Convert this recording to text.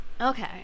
Okay